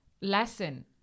lesson